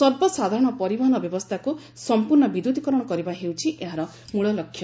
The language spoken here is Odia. ସର୍ବସାଧାରଣ ପରିବହନ ବ୍ୟବସ୍ଥାକୁ ସଂପ୍ରର୍ଣ୍ଣ ବିଦ୍ୟୁତିକରଣ କରିବା ହେଉଛି ଏହରେ ମୂଳଲକ୍ଷ୍ୟ